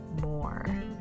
more